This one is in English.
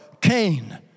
Cain